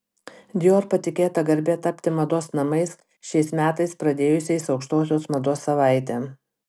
dior patikėta garbė tapti mados namais šiais metais pradėjusiais aukštosios mados savaitę